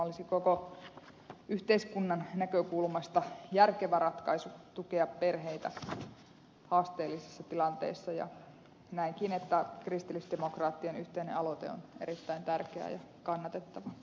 olisi koko yhteiskunnan näkökulmasta järkevä ratkaisu tukea perheitä haasteellisissa tilanteissa ja näenkin että kristillisdemokraattien yhteinen aloite on erittäin tärkeä ja kannatettava